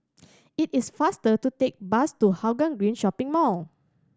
it is faster to take bus to Hougang Green Shopping Mall